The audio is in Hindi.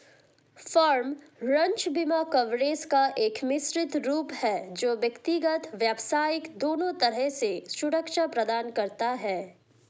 फ़ार्म, रंच बीमा कवरेज का एक मिश्रित रूप है जो व्यक्तिगत, व्यावसायिक दोनों तरह से सुरक्षा प्रदान करता है